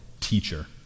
teacher